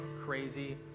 crazy